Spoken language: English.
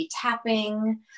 tapping